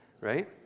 right